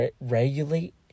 regulate